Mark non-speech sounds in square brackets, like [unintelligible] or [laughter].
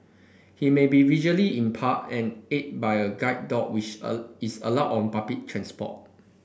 he may be visually impaired and aided by a guide dog which [unintelligible] is allowed on public transport